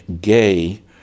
gay